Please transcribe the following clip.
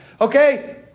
Okay